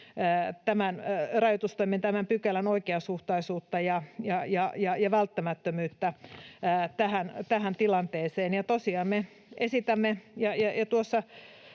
rajoitustoimien, tämän pykälän, oikeasuhtaisuutta ja välttämättömyyttä tähän tilanteeseen. Tosiaan me esitämme... Tuossa